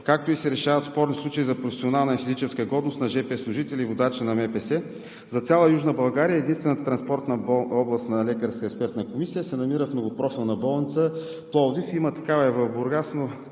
както и се решават спорни случаи за професионална и физическа годност на жп служители и водачи на МПС. За цяла Южна България единствената Транспортна областна лекарска експертна комисия се намира в Многопрофилна болница